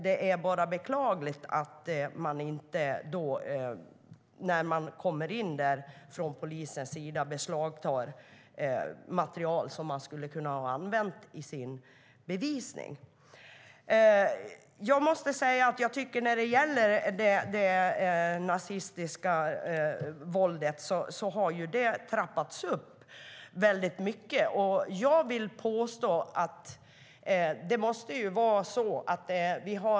Det är bara beklagligt att polisen när den kommer in där inte beslagtar material som man skulle kunna ha använt i sin bevisning. Det nazistiska våldet har trappats upp väldigt mycket.